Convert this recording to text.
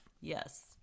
Yes